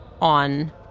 on